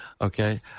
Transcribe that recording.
Okay